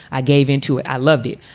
i gave into it. i loved it.